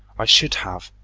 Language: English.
i should have,